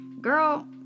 girl